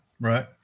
Right